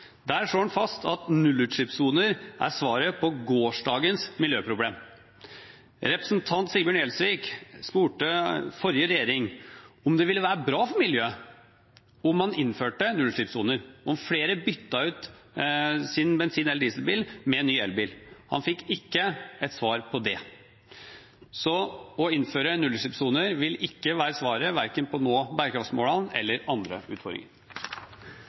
Der slår han fast at nullutslippssoner er svaret på gårsdagens miljøproblem. Representanten Sigbjørn Gjelsvik spurte forrige regjering om det ville være bra for miljøet om man innførte nullutslippssoner, om flere byttet ut sin bensin- eller dieselbil med en ny elbil. Han fikk ikke svar på det. Så å innføre nullutslippssoner vil ikke være svaret verken på å nå bærekraftsmålene eller på andre utfordringer.